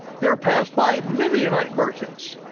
there passed by midianite merchants.